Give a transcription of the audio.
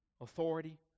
authority